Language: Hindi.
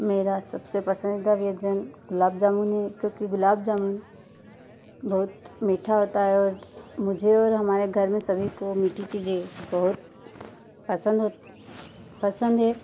मेरा सबसे पसंदीदा व्यंजन गुलाब जामुन है क्योंकि गुलाब जामुन बहुत मीठा होता है मुझे हमारे घर में सभी को मीठी चीज़ें बहुत पसंद होती पसंद हैं